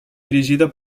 dirigida